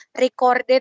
recorded